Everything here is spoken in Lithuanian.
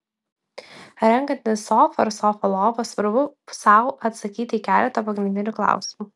renkantis sofą ar sofą lovą svarbu sau atsakyti į keletą pagrindinių klausimų